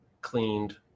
Cleaned